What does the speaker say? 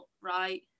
Right